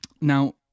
Now